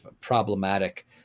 problematic